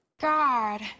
God